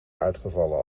uitgevallen